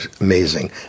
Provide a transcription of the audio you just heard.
amazing